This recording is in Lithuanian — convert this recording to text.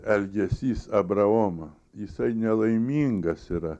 elgesys abraomo jisai nelaimingas yra